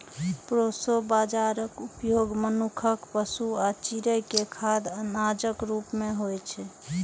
proso बाजाराक उपयोग मनुक्ख, पशु आ चिड़ै के खाद्य अनाजक रूप मे होइ छै